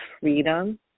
freedom